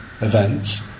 events